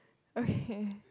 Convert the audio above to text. okay